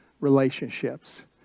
relationships